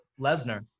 Lesnar